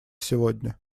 сегодня